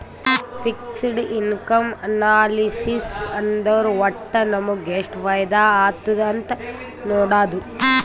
fixed income analysis ಅಂದುರ್ ವಟ್ಟ್ ನಮುಗ ಎಷ್ಟ ಫೈದಾ ಆತ್ತುದ್ ಅಂತ್ ನೊಡಾದು